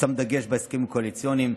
ששם דגש בהסכמים הקואליציוניים,